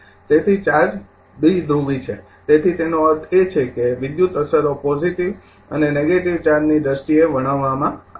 તેથી ચાર્જ દ્વિધ્રુવી છે તેથી તેનો અર્થ એ છે કે ઇલેક્ટ્રિકલ અસરો પોજીટીવ અને નેગેટિવ ચાર્જની દ્રષ્ટિએ વર્ણવવામાં આવે છે